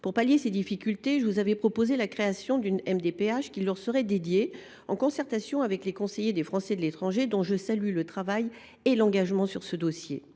par ces derniers, je vous ai proposé la création d’une MDPH qui leur serait dédiée, en concertation avec les conseillers des Français de l’étranger, dont je salue le travail et l’engagement sur ce dossier.